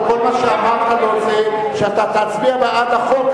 כל מה שאמרת לו זה שאתה תצביע בעד החוק,